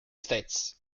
states